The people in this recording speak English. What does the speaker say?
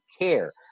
care